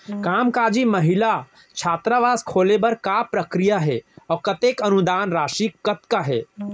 कामकाजी महिला छात्रावास खोले बर का प्रक्रिया ह अऊ कतेक अनुदान राशि कतका हे?